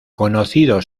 conocido